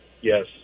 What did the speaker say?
Yes